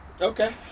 Okay